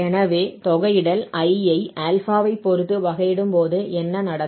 எனவே தொகையிடல் I ஐ α வைப் பொறுத்து வகையிடும்போது என்ன நடக்கும்